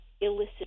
illicit